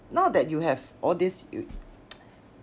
now that you have all this you